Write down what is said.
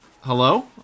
Hello